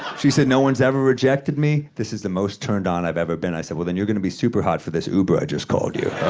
she said, no one's ever rejected me. this is the most turned on i've ever been. i said, well then, you're gonna be super hot for this uber i just called you,